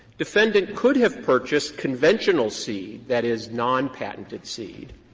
defendant could have purchased conventional seed, that is, non-patented seed,